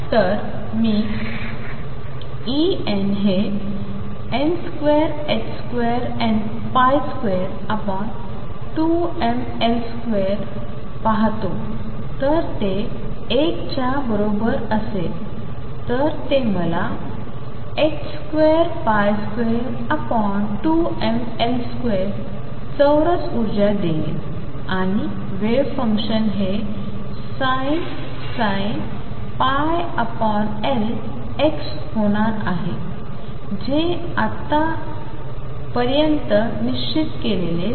तर मी En हे n2222mL2 पाहतो तर ते 1 च्या बरोबर असेल तर ते मला 22 2mL2 चौरस उर्जा देईल आणि वेव्ह फंक्शन हे sin L x होणार आहे जे आपण आत्तापर्यंत निश्चित केले नाही